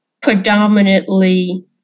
predominantly